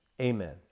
Amen